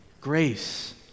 Grace